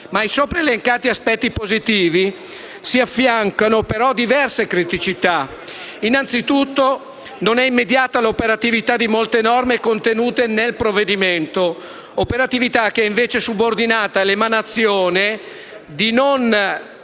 Ma ai sopraelencati aspetti positivi si affiancano diverse criticità. Innanzi tutto non è immediata l'operatività di molte norme contenute nel provvedimento, operatività che è invece subordinata all'emanazione di futuri